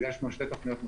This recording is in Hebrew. הגשנו שתי תוכניות מחוזיות.